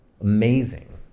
Amazing